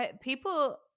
people